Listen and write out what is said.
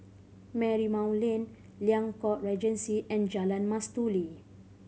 Marymount Lane Liang Court Regency and Jalan Mastuli